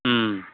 ம்